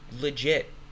legit